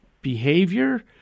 behavior